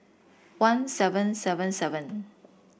one seven seven seven